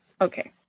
okay